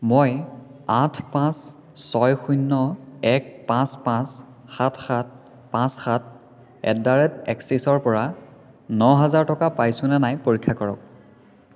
মই আঠ পাঁচ ছয় শূণ্য এক পাঁচ পাঁচ সাত সাত পাঁচ সাত এট দ্য় ৰেট এক্সিছৰ পৰা ন হাজাৰ টকা পাইছোঁনে নাই পৰীক্ষা কৰক